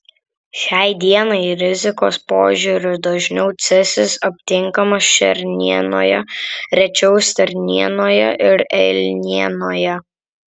šiai dienai rizikos požiūriu dažniau cezis aptinkamas šernienoje rečiau stirnienoje ir elnienoje